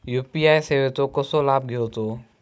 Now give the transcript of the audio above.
UPI सेवाचो कसो लाभ घेवचो?